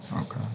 Okay